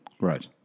right